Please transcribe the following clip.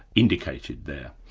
indicated there.